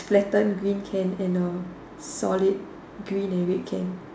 flatten green can and a solid green and red can